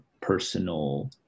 personal